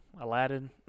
Aladdin